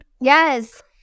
yes